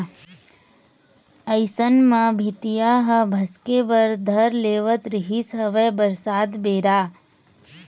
अइसन म भीतिया ह भसके बर धर लेवत रिहिस हवय बरसात बेरा